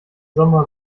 sommer